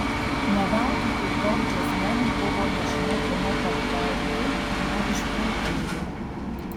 ne veltui taip daug džiazmenų buvo nežinia kieno papjauti ar išprotėjo